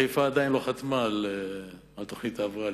חיפה עדיין לא חתמה על תוכנית ההבראה,